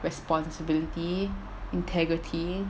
responsibility integrity